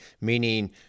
Meaning